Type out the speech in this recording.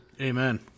amen